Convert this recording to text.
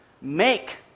Make